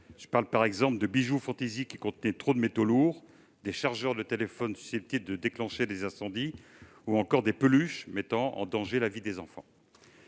Il s'agit, par exemple, de bijoux fantaisie qui contiennent trop de métaux lourds, de chargeurs de téléphone susceptibles de déclencher des incendies, ou encore de peluches mettant en danger la vie des enfants.